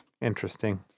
Interesting